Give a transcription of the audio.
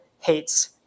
hates